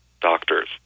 doctors